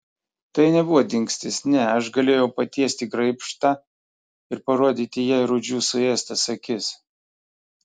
tai nebuvo dingstis ne aš galėjau patiesti graibštą ir parodyti jai rūdžių suėstas akis